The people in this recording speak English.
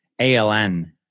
ALN